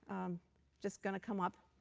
just going to come up.